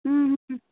اۭں